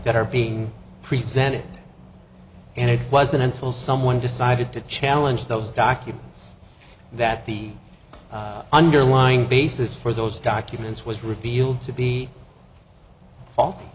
that are being presented and it wasn't until someone decided to challenge those documents that the underlying basis for those documents was revealed to be